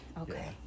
okay